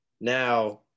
now